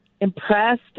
impressed